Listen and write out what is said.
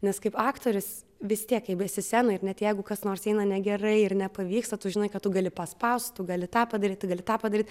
nes kaip aktorius vis tiek jeigu esi scenoj ir net jeigu kas nors eina negerai ir nepavyksta tu žinai kad tu gali paspaust tu gali tą padaryt tu gali tą padaryt